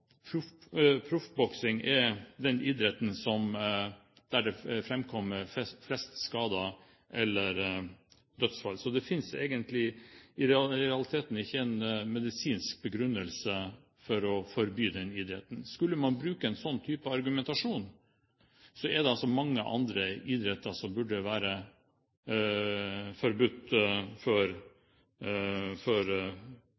er den idretten der det framkommer flest skader eller dødsfall, så det finnes egentlig i realiteten ikke en medisinsk begrunnelse for å forby denne idretten. Skulle man bruke en slik type argumentasjon, er det mange andre idretter som burde være forbudt